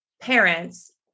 parents